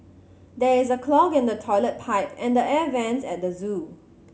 there is a clog in the toilet pipe and the air vents at the zoo